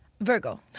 Virgo